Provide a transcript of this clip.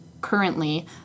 currently